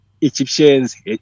Egyptians